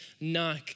knock